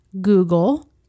Google